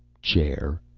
chair.